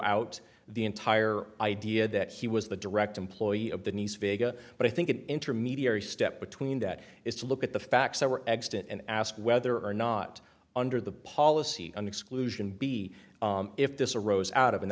out the entire idea that he was the direct employee of the nice vega but i think an intermediary step between that is to look at the facts that were extant and ask whether or not under the policy an exclusion b if this arose out of an